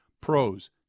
Pros